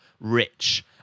rich